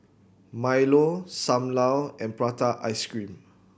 Milo Sam Lau and prata ice cream